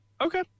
Okay